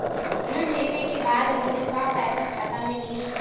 ऋण लेवे के बाद ऋण का पैसा खाता में मिली?